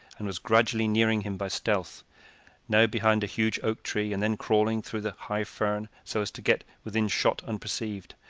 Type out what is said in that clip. and was gradually nearing him by stealth now behind a huge oak tree, and then crawling through the high fern, so as to get within shot unperceived,